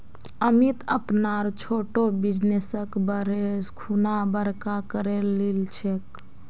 अमित अपनार छोटो बिजनेसक बढ़ैं खुना बड़का करे लिलछेक